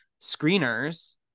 screeners